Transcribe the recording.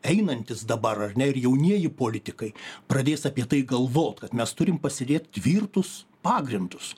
einantys dabar ar ne ir jaunieji politikai pradės apie tai galvot kad mes turim pasidėt tvirtus pagrindus